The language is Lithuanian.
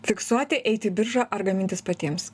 fiksuoti eit į biržą ar gamintis patiems